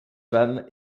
femme